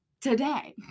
today